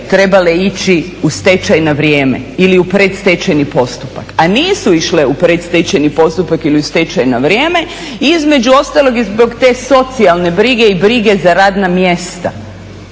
trebale ići u stečaj na vrijeme ili u predstečajni postupak a nisu išle u predstečajni postupak ili u stečaj na vrijeme između ostalog i zbog te socijalne brige i brige za radna mjesta.